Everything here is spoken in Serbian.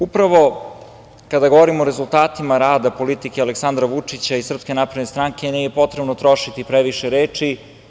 Upravo kada govorimo o rezultatima rada politike Aleksandra Vučića i SNS nije potrebno trošiti previše reči.